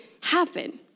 happen